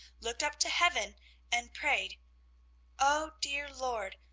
looked up to heaven and prayed oh, dear lord,